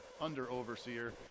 under-overseer